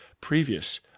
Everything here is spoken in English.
previous